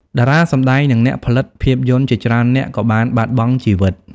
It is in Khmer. តារាសម្ដែង និងអ្នកផលិតភាពយន្តជាច្រើននាក់ក៏បានបាត់បង់ជីវិត។